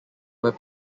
where